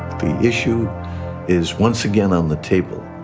the issue is once again on the table.